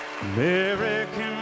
American